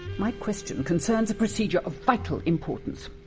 my question concerns a procedure of vital importance!